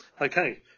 Okay